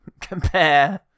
compare